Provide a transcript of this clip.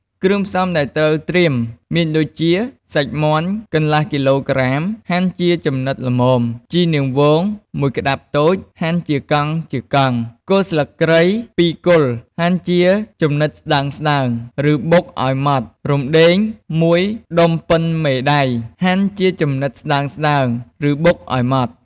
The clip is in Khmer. គ្រឿងផ្សំដែលត្រូវត្រៀមមានដូចជា សាច់មាន់ កន្លះគីឡូក្រាម ហាន់ជាចំណិតល្មម ជីនាងវង ១ ក្តាប់តូច ហាន់ជាកង់ៗ គល់ស្លឹកគ្រៃ ២ គល់ ហាន់ជាចំណិតស្តើងៗ ឬបុកឱ្យម៉ដ្ឋ រំដេង ១ ដុំប៉ុនមេដៃ ហាន់ជាចំណិតស្តើងៗ ឬបុកឱ្យម៉ដ្ឋ។